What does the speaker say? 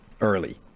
early